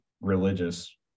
religious